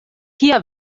kia